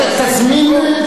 לא מנהלים,